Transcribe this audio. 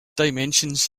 dimensions